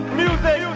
music